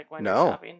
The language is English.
No